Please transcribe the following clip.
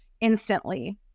instantly